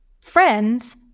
friends